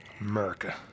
America